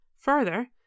Further